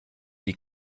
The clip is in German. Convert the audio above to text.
die